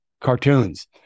cartoons